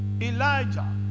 Elijah